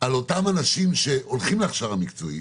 על אותם אנשים שהולכים להכשרה מקצועית,